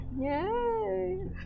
Yay